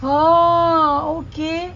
oh okay